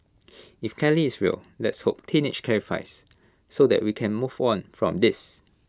if Kelly is real let's hope teenage clarifies so that we can move on from this